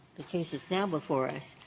the case that's now before us,